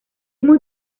muy